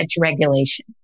regulation